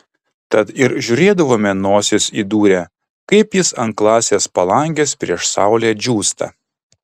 tad ir žiūrėdavome nosis įdūrę kaip jis ant klasės palangės prieš saulę džiūsta